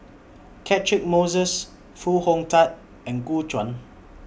Catchick Moses Foo Hong Tatt and Gu Juan